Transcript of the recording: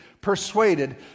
persuaded